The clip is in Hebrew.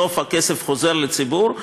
בסוף הכסף חוזר לציבור.